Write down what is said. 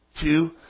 Two